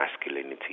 masculinity